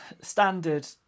standard